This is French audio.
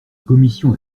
commission